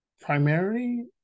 Primarily